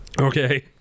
Okay